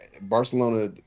Barcelona